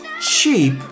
cheap